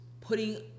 putting